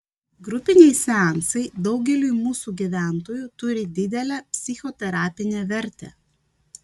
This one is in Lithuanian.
grupiniai seansai daugeliui mūsų gyventojų turi didelę psichoterapinę vertę